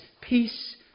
peace